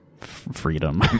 freedom